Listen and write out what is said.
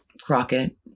Crockett